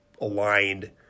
Aligned